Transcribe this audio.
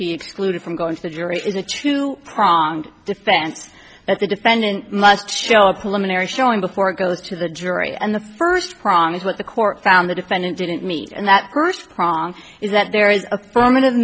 he excluded from going to the jury is a two prong defense that the defendant must show a pulmonary showing before it goes to the jury and the first prong is what the court found the defendant didn't meet and that first prong is that there is a form